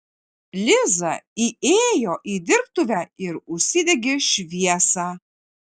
liza įėjo į dirbtuvę ir užsidegė šviesą